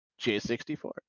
J64